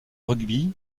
rugby